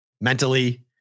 mentally